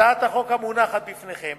הצעת החוק המונחת בפניכם